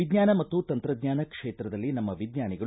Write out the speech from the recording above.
ವಿಜ್ವಾನ ಮತ್ತು ತಂತ್ರಜ್ವಾನ ಕ್ಷೇತ್ರದಲ್ಲಿ ನಮ್ನ ವಿಜ್ವಾನಿಗಳು